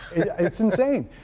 it's insane.